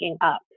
up